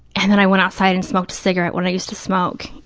and then i went outside and smoked a cigarette, when i used to smoke,